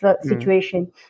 situation